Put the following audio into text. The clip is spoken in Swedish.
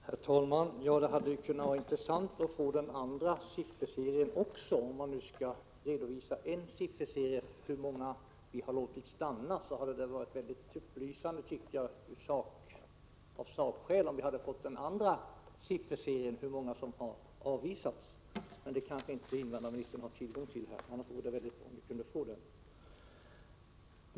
Herr talman! Det kunde ha varit intressant att få del även av den andra sifferserien. Om man nu redovisar hur många man har låtit stanna, så hade det ur saklig synpunkt varit mycket upplysande om vi fått veta också hur många som har avvisats. Men dessa siffror kanske inte invandrarministern har tillgång till här — annars vore det bra om vi kunde få en redovisning.